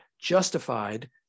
justified